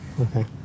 Okay